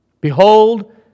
Behold